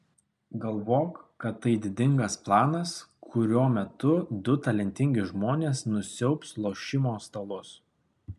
galvok kad tai didingas planas kurio metu du talentingi žmonės nusiaubs lošimo stalus